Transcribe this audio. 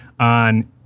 On